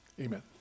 Amen